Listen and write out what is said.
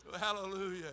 Hallelujah